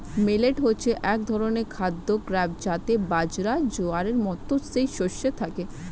millet হচ্ছে এক ধরনের খাদ্য গ্রূপ যাতে বাজরা, জোয়ারের মতো যেই শস্য থাকে